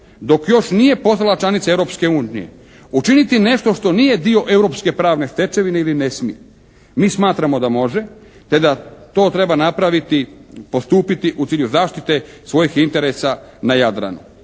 dok još nije postala članica Europske unije učiniti nešto što nije dio europske pravne stečevine ili ne smije? Mi smatramo da može te da to treba napraviti, postupiti u cilju zaštite svojih interesa na Jadranu.